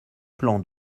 plan